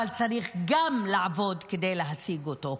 אבל צריך גם לעבוד כדי להשיג אותו.